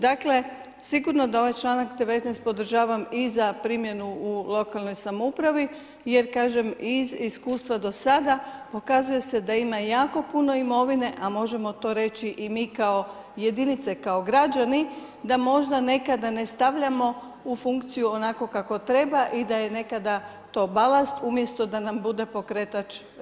Dakle, sigurno da ovaj članak 19. podržavam i za primjenu u lokalnoj samoupravi jer iz iskustva do sada pokazuje se da ima jako puno imovine, a možemo to reći i mi kao jedinice, kao građani da možda nekada ne stavljamo u funkciju onako kako treba i da je to nekada to balast umjesto da nam bude pokretač razvoja.